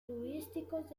turísticos